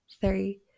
three